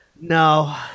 No